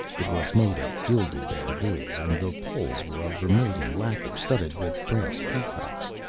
it was made of gilded bamboo, and the poles were of vermilion lacquer studded with brass peacocks.